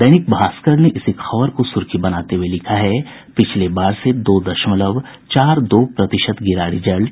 दैनिक भास्कर ने इसी खबर को सुर्खी बनाते हुए लिखा है पिछले बार से दो दशमलव चार दो प्रतिशत गिरा रिजल्ट